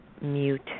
mute